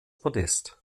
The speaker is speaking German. podest